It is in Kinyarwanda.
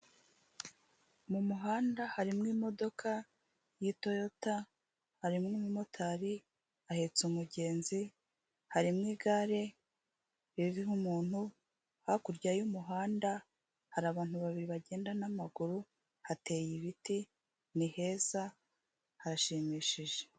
MU muhanda harimo imodoka, y'itoyota, harimo umumotari, ahetse umugenzi, harimo igare, ririho umuntu, hakurya y'umuhanda, hari abantu babiri bagenda n'amaguru, hateye ibiti, ni heza, harashimishije.